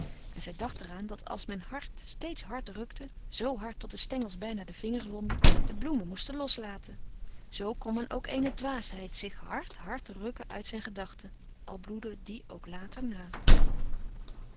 en zij dacht er aan dat als men hard steeds hard rukte zoo hard tot de stengels bijna de vingers wondden de bloemen moesten loslaten zoo kon men ook eene dwaasheid zich hard hard rukken uit zijn gedachte al bloedde die ook later na